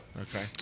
Okay